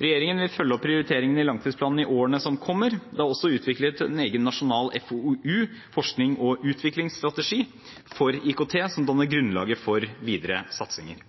Regjeringen vil følge opp prioriteringene i langtidsplanen i årene som kommer. Det er også utviklet en egen nasjonal FoU, forskning- og utviklingsstrategi, for IKT som danner grunnlaget for videre satsinger.